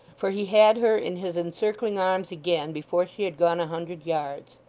for he had her in his encircling arms again before she had gone a hundred yards.